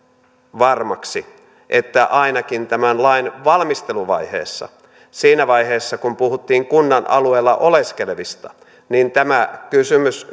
varmaksi että ainakin tämän lain valmisteluvaiheessa siinä vaiheessa kun puhuttiin kunnan alueella oleskelevista tämä kysymys